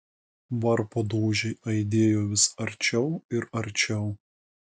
varpo dūžiai aidėjo vis arčiau ir arčiau